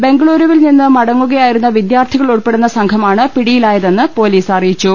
ബംഗളുരുവിൽ നിന്ന് മടങ്ങുക യായിരുന്ന വിദ്യാർത്ഥികൾ ഉൾപ്പെടുന്ന സംഘമാണ് പിടിയിലായ തെന്ന് പൊലീസ് അറിയിച്ചു